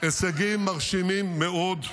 הישגים מרשימים מאוד,